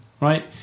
right